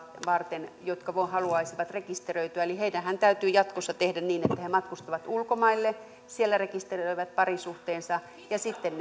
varten jotka haluaisivat rekisteröityä eli heidänhän täytyy jatkossa tehdä niin että he matkustavat ulkomaille siellä rekisteröivät parisuhteensa ja sitten